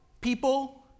people